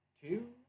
two